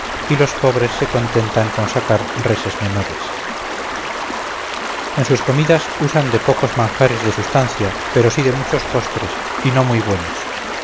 y los pobres se contentan con sacar reses menores en sus comidas usan de pocos manjares de sustancia pero sí de muchos postres y no muy buenos